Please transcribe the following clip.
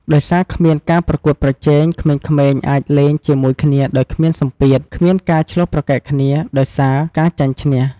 ដោយសារគ្មានការប្រកួតប្រជែង ក្មេងៗអាចលេងជាមួយគ្នាដោយគ្មានសម្ពាធ គ្មានការឈ្លោះប្រកែកគ្នា ដោយសារការចាញ់ឈ្នះ។